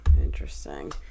Interesting